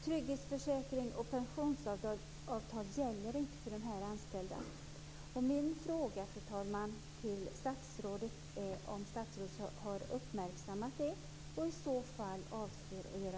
Trygghetsförsäkring och pensionssystem gäller inte för dessa.